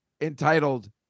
entitled